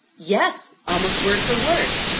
yes almost word for word.